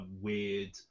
weird